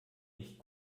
nicht